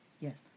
Yes